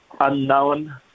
unknown